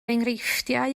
enghreifftiau